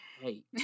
hate